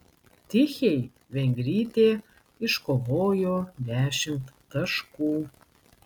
tichei vengrytė iškovojo dešimt taškų